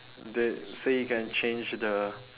they say you can change the